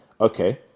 okay